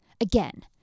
Again